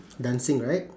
dancing right